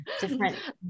Different